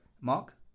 Mark